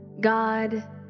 God